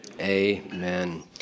Amen